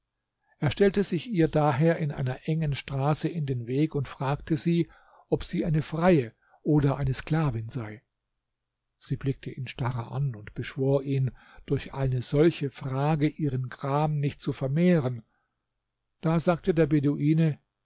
er stellte sich ihr daher in einer engen straße in den weg und fragte sie ob sie eine freie oder eine sklavin sei sie blickte ihn starr an und beschwor ihn durch eine solche frage ihren gram nicht zu vermehren da sagte der